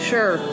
Sure